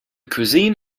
cuisine